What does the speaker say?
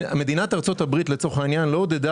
ארצות הברית לצורך העניין לא עודדה